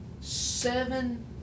Seven